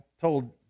told